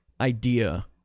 idea